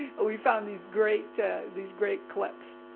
we found these great these great clips.